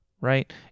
right